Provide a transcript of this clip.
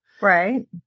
Right